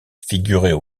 figuraient